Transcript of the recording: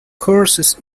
courses